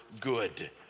good